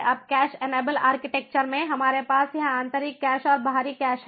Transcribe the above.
अब cache enable architecture में हमारे पास यह आंतरिक कैश और बाहरी कैश है